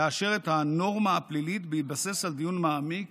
לאשר את הנורמה הפלילית בהתבסס על דיון מעמיק